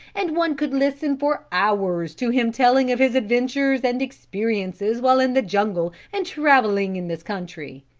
and one could listen for hours to him telling of his adventures and experiences while in the jungle and traveling in this country.